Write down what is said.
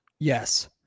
Yes